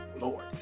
lord